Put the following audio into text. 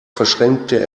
verschränkte